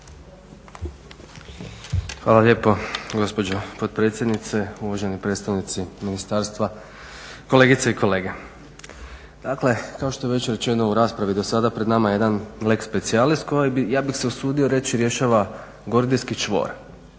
Hvala lijepo gospođo potpredsjednice, uvaženi predstavnici ministarstva, kolegice i kolege. Dakle, kao što je već rečeno u raspravi do sada, pred nama je jedan lex specialis koji bi, ja bih se usudio reći rješava gordijski čvor